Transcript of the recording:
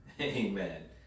Amen